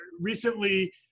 recently